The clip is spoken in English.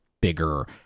bigger